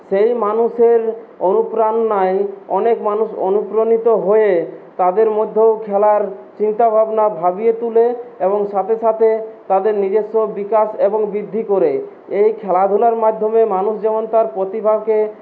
সেই মানুষের অনুপ্রেরণায় অনেক মানুষ অনুপ্রাণিত হয়ে তাদরে মধ্যেও খেলার চিন্তাভাবনা ভাবিয়ে তোলে এবং সাথে সাথে তাদের নিজস্ব বিকাশ এবং বৃদ্ধি করে এই খেলাধূলার মাধ্যমে মানুষ যেমন তার প্রতিভাকে